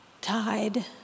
tied